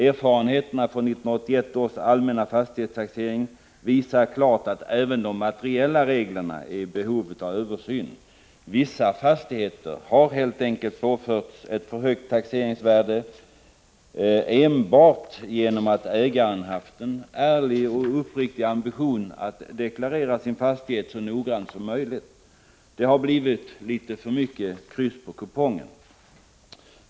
Erfarenheterna från 1981 års allmänna fastighetstaxering visar klart att även de materiella reglerna är i behov av översyn. Vissa fastigheter har helt enkelt påförts ett för högt taxeringsvärde enbart på grund av att ägaren haft en ärlig och uppriktig ambition att deklarera sin fastighet så noggrant som möjligt. Det har så att säga blivit litet för många kryss på kupongen.